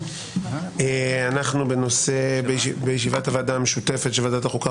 אני מתכבד לפתוח את ישיבת הוועדה המשותפת של ועדת החוקה,